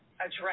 address